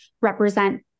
represent